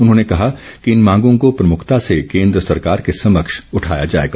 उन्होंने कहा कि इन मांगों को प्रमुखता से केन्द्र सरकार के समक्ष उठाया जाएगा